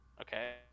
Okay